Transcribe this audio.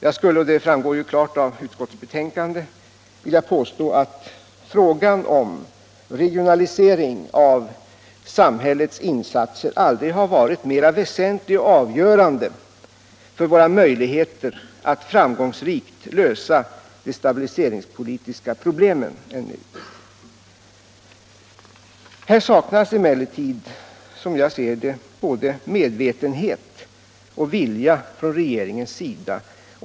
Jag skulle vilja påstå — vilket utskottet också gör i sitt betänkande -— att frågan om regionalisering av samhällets insatser aldrig har varit mer väsentlig och avgörande för våra möjligheter att framgångsrikt lösa de stabiliseringspolitiska problemen än nu. Här saknas emellertid som jag ser det både medvetenhet och vilja från regeringens sida.